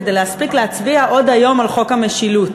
כדי להספיק להצביע עוד היום על חוק המשילות.